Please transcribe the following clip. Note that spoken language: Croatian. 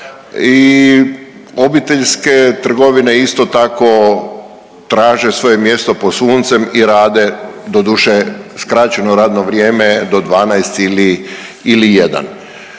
i obiteljske trgovine isto tako traže svoje mjesto pod suncem i rade doduše skraćeno radno vrijeme do 12 ili 1.